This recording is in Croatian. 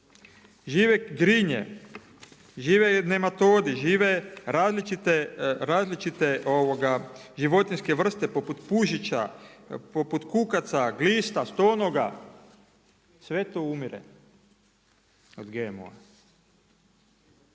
žive grinje, žive nematodi, žive različite životinjske vrste poput pužića, poput kukaca, glista, stonoga. Sve to umire od GMO-a.